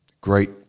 great